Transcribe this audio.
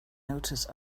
notice